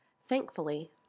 Thankfully